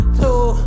two